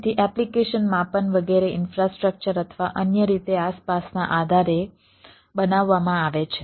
તેથી એપ્લિકેશન માપન વગેરે ઇન્ફ્રાસ્ટ્રક્ચર અથવા અન્ય રીતે આસપાસના આધારે બનાવવામાં આવે છે